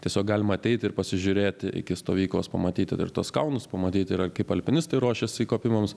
tiesiog galima ateiti ir pasižiūrėti iki stovyklos pamatyti dar tuos kalnus pamatyti ir kaip alpinistai ruošiasi įkopimams